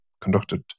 conducted